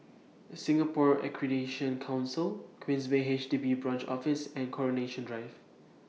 Singapore Accreditation Council Queensway H D B Branch Office and Coronation Drive